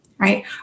Right